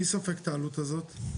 מי סופג את העלות הזאת?